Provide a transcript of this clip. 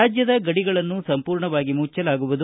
ರಾಜ್ಞದ ಗಡಿಗಳನ್ನು ಸಂಪೂರ್ಣವಾಗಿ ಮುಚ್ಚಲಾಗುವುದು